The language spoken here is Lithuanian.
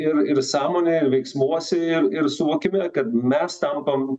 ir ir sąmonė veiksmuose ir ir suvokime kad mes tampam